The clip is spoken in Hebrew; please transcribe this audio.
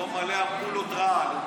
כולו מלא אמפולות רעל.